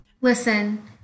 Listen